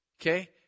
Okay